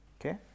Okay